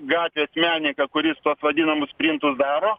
gatvės menininką kuris tuos vadinamus printus daro